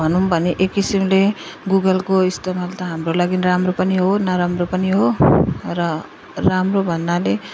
भनौँ भने एक किसिमले गुगलको इस्तेमाल त हाम्रो लागि राम्रो पनि हो नराम्रो पनि हो र राम्रो भन्नाले